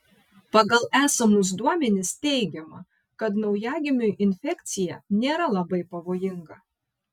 pagal esamus duomenis teigiama kad naujagimiui infekcija nėra labai pavojinga